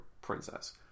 princess